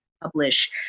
publish